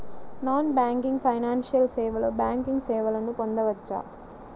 Non banking financial సేవలో banking సేవలను పొందవచ్చా?